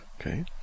okay